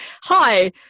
hi